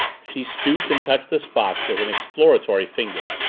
she stooped and touched the spots with an exploratory finger.